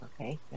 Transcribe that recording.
okay